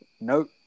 nope